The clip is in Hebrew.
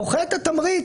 פוחת התמריץ.